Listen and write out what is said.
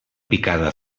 picada